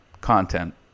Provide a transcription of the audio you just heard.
content